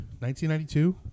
1992